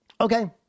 Okay